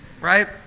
right